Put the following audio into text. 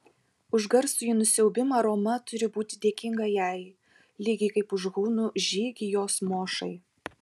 už garsųjį nusiaubimą roma turi būti dėkinga jai lygiai kaip už hunų žygį jos mošai